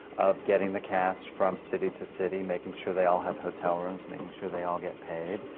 of getting the cast from city to city, making sure they all have hotel rooms, making sure they all get paid.